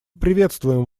приветствуем